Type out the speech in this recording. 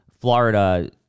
Florida